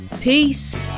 Peace